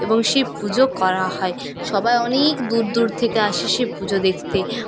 এবং সে পুজো করা হয় সবাই অনেক দূর দূর থেকে আসে সে পুজো দেখতে